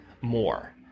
more